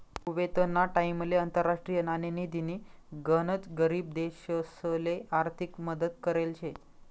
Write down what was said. कुवेतना टाइमले आंतरराष्ट्रीय नाणेनिधीनी गनच गरीब देशसले आर्थिक मदत करेल शे